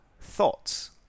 thoughts